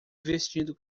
vestindo